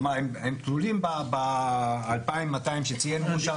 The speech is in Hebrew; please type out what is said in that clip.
כלומר, הם כלולים ב-2,200 שציין ראש אמ"ש.